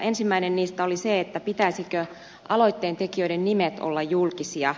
ensimmäinen niistä oli se pitäisikö aloitteentekijöiden nimien olla julkisia